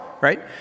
right